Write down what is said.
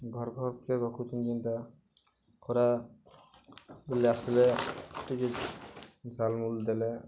ଘର ଘର୍କେ ରଖୁଚନ୍ତି ଯେନ୍ଟା ଖରା ବୋଲି ଆସିଲେ ଟିକେ ଝାଲମୁଲ ଦେଲେ